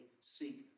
seek